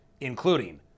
including